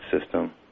system